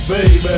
Baby